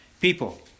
people